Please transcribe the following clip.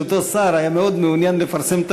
שאותו שר היה מאוד מעוניין לפרסם את